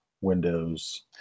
windows